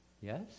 Yes